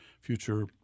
future